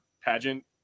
pageant